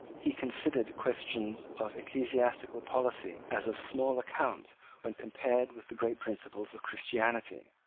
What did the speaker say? he considered questions of ecclesiastical polity as of small account when compared with the great principles of christianity,